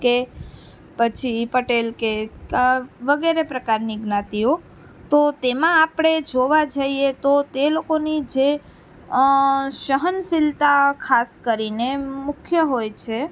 કે પછી પટેલ કે કાં વગેરે પ્રકારની જ્ઞાતિઓ તો તેમાં આપણે જોવા જઈએ તો તે લોકોની જે સહનશીલતા ખાસ કરીને મુખ્ય હોય છે